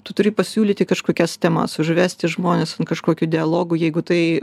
tu turi pasiūlyti kažkokias temas užvesti žmones ant kažkokių dialogų jeigu tai